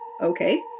Okay